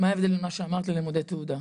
מה ההבדל בין מה שאמרת ללימודי תעודה?